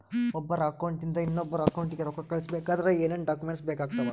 ಒಬ್ಬರ ಅಕೌಂಟ್ ಇಂದ ಇನ್ನೊಬ್ಬರ ಅಕೌಂಟಿಗೆ ರೊಕ್ಕ ಕಳಿಸಬೇಕಾದ್ರೆ ಏನೇನ್ ಡಾಕ್ಯೂಮೆಂಟ್ಸ್ ಬೇಕಾಗುತ್ತಾವ?